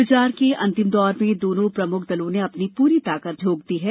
प्रचार के अंतिम दौर में दोनों प्रमुख दलों ने अपनी पूरी ताकत झोंक दी है